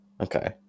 Okay